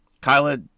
Kyla